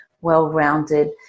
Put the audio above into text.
well-rounded